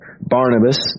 Barnabas